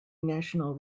national